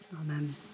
Amen